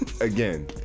again